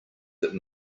that